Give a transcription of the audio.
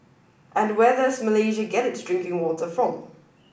and where does Malaysia get its drinking water from